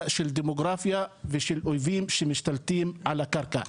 של דמוגרפיה ושל אויבים שמשתלטים על הקרקע.